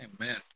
Amen